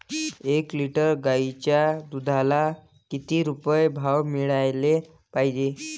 एक लिटर गाईच्या दुधाला किती रुपये भाव मिळायले पाहिजे?